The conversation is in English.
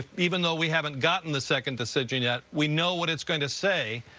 even though we haven't gotten the second decision yet, we know what it's going to say,